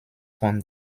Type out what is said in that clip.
von